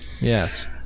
Yes